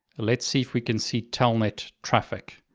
let's see if we can see telnet traffic.